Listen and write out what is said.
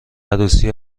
عروسی